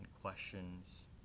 questions